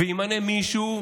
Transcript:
שימנה מישהו,